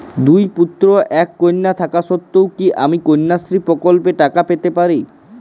দুই পুত্র এক কন্যা থাকা সত্ত্বেও কি আমি কন্যাশ্রী প্রকল্পে টাকা পেতে পারি?